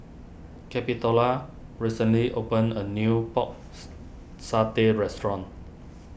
Capitola recently opened a new Pork's Satay restaurant